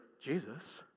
Jesus